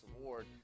award